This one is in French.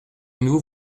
nous